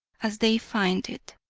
as they find it.